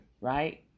right